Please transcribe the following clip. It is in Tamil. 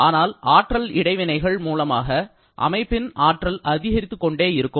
ஆனால் ஆற்றல் இடைவினைகள் மூலமாக அமைப்பின் ஆற்றல் அதிகரித்துக் கொண்டே இருக்கும்